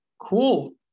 cool